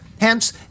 Hence